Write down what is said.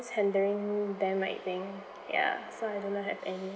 handeling them I think ya so I do not have any